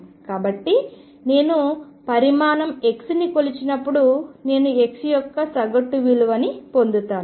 కాబట్టి నేను పరిమాణం xని కొలిచినప్పుడు నేను x యొక్క సగటు విలువ ని పొందుతాను